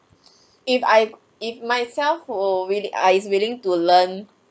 if I if myself who willing err is willing to learn